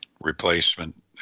replacement